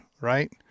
right